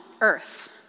earth